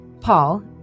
Paul